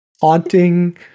haunting